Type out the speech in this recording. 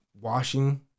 washing